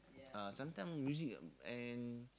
uh sometime music and